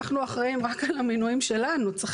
יש חלק מהדברים שעוד בדיונים אבל בגדול אנחנו לא רוצים ללכת --- לא